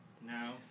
No